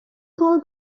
call